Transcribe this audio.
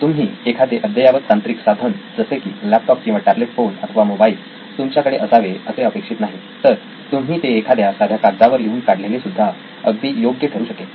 तुम्ही एखादे अद्ययावत तांत्रिक साधन जसे की लॅपटॉप किंवा टॅबलेट फोन अथवा मोबाईल तुमच्याकडे असावे असे अपेक्षित नाही तर तुम्ही ते एखाद्या साध्या कागदावर लिहून काढलेले सुद्धा अगदी योग्य ठरू शकेल